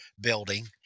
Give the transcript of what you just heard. building